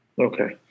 Okay